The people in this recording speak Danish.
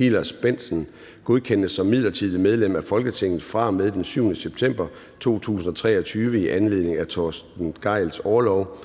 Hillers-Bendtsen, godkendes som midlertidigt medlem af Folketinget fra og med den 7. september 2023 i anledning af Torsten Gejls orlov;